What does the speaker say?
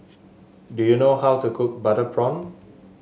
do you know how to cook Butter Prawn